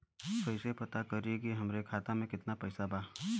कइसे पता करि कि हमरे खाता मे कितना पैसा बा?